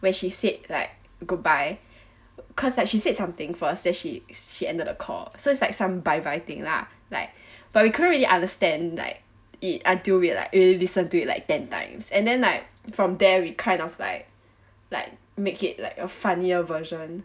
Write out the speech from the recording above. when she said like goodbye cause like she said something first then she she ended a call so it's like some bye bye thing lah like but we couldn't really understand like it until we'd like listen to it like ten times and then like from there we kind of like like make it like a funnier version